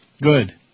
Good